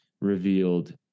revealed